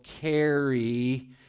carry